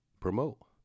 Promote